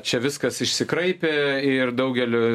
čia viskas išsikraipė ir daugeliu